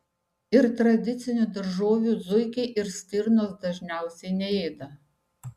ir tradicinių daržovių zuikiai ir stirnos dažniausiai neėda